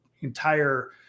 entire